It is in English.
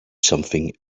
something